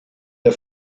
der